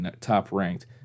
top-ranked